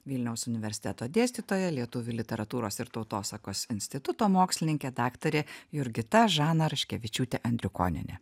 vilniaus universiteto dėstytoja lietuvių literatūros ir tautosakos instituto mokslininkė daktarė jurgita žana raškevičiūtė andrikonienė